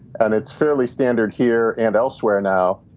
and it's fairly standard here and elsewhere now.